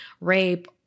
rape